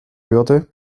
würde